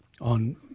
on